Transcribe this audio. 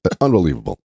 unbelievable